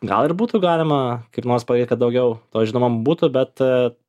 gal ir būtų galima kaip nors padaryt kad daugiau to žinoma būtų bet